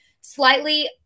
slightly